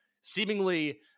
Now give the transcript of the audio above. seemingly